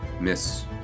Miss